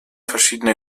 verschiedene